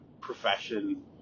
profession